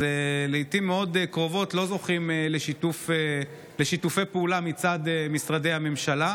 אז לעיתים מאוד קרובות הם לא זוכים לשיתוף פעולה מצד משרדי הממשלה.